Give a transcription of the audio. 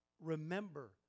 Remember